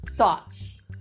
thoughts